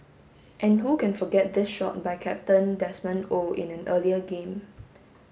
and who can forget this shot by captain Desmond Oh in an earlier game